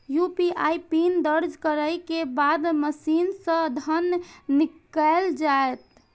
UPI PIN दर्ज करै के बाद मशीन सं धन निकैल जायत